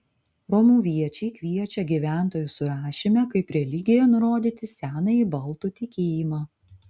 romuviečiai kviečia gyventojų surašyme kaip religiją nurodyti senąjį baltų tikėjimą